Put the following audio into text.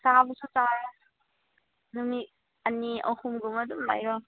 ꯆꯥꯕꯁꯨ ꯆꯥꯔꯦ ꯅꯨꯃꯤꯠ ꯑꯅꯤ ꯑꯍꯨꯝ ꯒꯨꯝꯕ ꯑꯗꯨꯝ ꯂꯩꯌꯣ